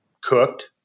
cooked